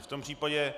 V tom případě